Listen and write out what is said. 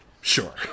Sure